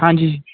ਹਾਂਜੀ